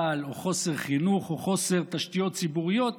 או חוסר חינוך או חוסר תשתיות ציבוריות,